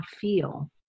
feel